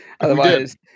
otherwise